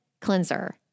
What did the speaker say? cleanser